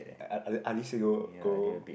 are go go